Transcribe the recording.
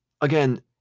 again